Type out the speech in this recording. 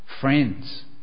friends